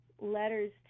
letters